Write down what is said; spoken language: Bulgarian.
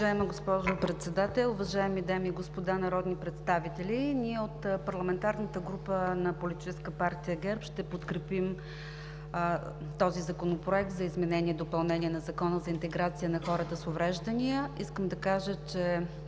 Уважаема госпожо Председател, уважаеми дами и господа народни представители! Ние от парламентарната група на Политическа партия ГЕРБ ще подкрепим този Законопроект за изменение и допълнение на Закона за интеграция на хората с увреждания. Искам да кажа, че